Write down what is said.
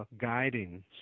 guiding